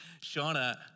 Shauna